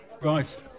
Right